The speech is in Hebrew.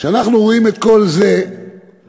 כשאנחנו רואים את כל זה אז